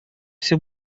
все